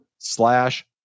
slash